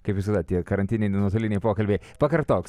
kaip visada tie karantininiai nuotoliniai pokalbiai pakartok